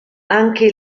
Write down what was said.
anche